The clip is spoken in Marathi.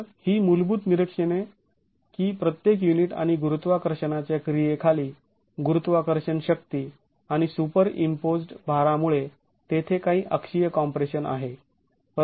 तर ही मूलभूत निरीक्षणे की प्रत्येक युनिट काही गुरुत्वाकर्षणाच्या क्रिये खाली गुरुत्वाकर्षण शक्ती आणि सुपरईम्पोज्ड् भारामुळे तेथे काही अक्षीय कॉम्प्रेशन आहे